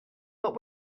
but